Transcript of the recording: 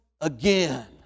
again